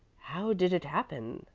how did it happen?